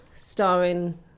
starring